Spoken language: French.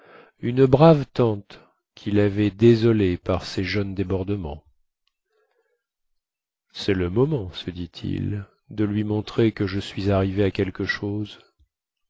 une brave tante quil avait désolée par ses jeunes débordements cest le moment se dit-il de lui montrer que je suis arrivé à quelque chose